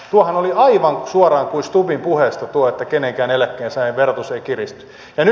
mutta tuohan oli aivan suoraan kuin stubbin puheesta tuo että kenenkään eläkkeensaajan verotus ei kiristy